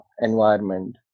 environment